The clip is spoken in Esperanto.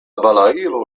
balailo